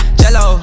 jello